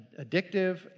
addictive